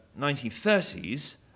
1930s